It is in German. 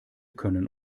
können